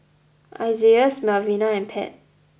Isaias Melvina and Pat